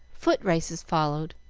foot-races followed,